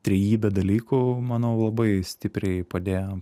trejybė dalykų manau labai stipriai padėjo